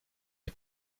est